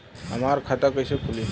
हमार खाता कईसे खुली?